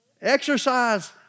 Exercise